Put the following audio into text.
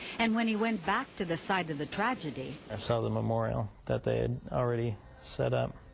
and when he went back to the site of the tragedy, i saw the memorial, that they had already set up.